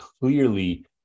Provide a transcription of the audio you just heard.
clearly